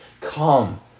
Come